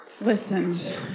listened